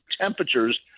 temperatures